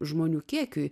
žmonių kiekiui